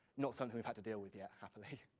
not something we've had to deal with yet, happily. oh,